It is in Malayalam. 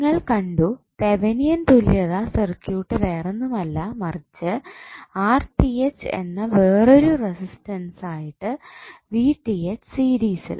നിങ്ങൾ കണ്ടു തെവനിയൻ തുല്യത സർക്യൂട്ട് വേറൊന്നുമല്ല മറിച്ചു എന്ന വേറൊരു റെസിസ്റ്റൻസ് ആയിട്ട് സീരിസിൽ